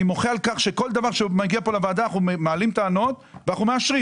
אני מוחה על כך שבכל דבר שמגיע לוועדה אנחנו מעלים טענות ואנחנו מאשרים.